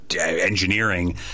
engineering